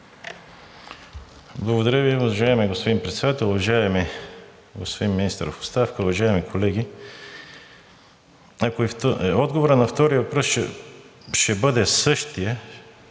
Благодаря Ви, уважаеми господин Председател. Уважаеми господин Министър в оставка, уважаеми колеги! Отговорът на втория въпрос ще бъде същият.